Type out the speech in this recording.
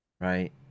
right